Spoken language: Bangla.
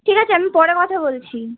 ঠিক আছে আমি পরে কথা বলছি